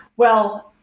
well,